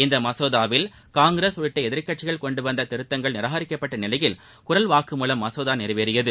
இந்த மசோதாவில் காங்கிரஸ் உள்ளிட்ட எதிர்க்கட்சிகள் கொண்டுவந்த திருத்தங்கள் நிராகரிக்கப்பட்ட நிலையில் குரல் வாக்கு மூலம் மசோதா நிறைவேறியது